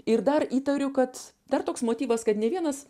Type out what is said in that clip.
ir dar įtariu kad dar toks motyvas kad nė vienas